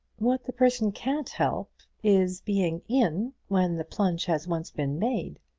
what the person can't help is being in when the plunge has once been made.